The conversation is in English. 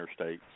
interstates